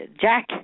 Jack